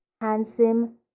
handsome